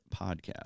podcast